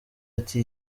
ati